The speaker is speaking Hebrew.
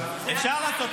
אפשר ישר לעבור